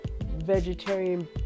Vegetarian